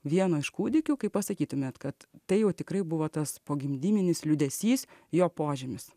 vieno iš kūdikių kaip pasakytumėt kad tai jau tikrai buvo tas pogimdyminis liūdesys jo požymis